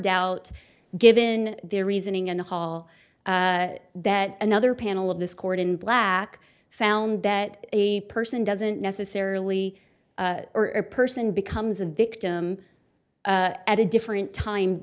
doubt given their reasoning and all that another panel of this court in black found that a person doesn't necessarily or a person becomes a victim at a different time